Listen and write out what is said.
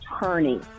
attorney